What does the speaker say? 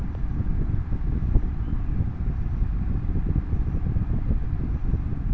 শীত ও কুয়াশা স্বজি চাষে কি ভালো?